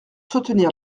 soutenir